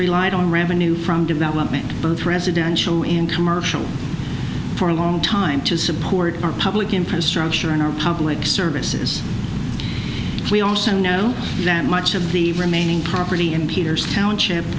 relied on revenue from development both residential and commercial for a long time to support our public infrastructure and our public services we also know that much of the remaining property in peter's township